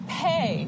pay